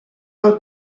del